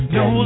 no